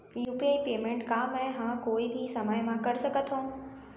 UPI payment का मैं ह कोई भी समय म कर सकत हो?